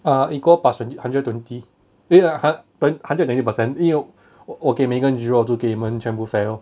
err equal plus twen~ hundred twenty eh err hun~ hundred twenty percent 因为 我给 megan zero 我就给你们全部 fail